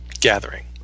gathering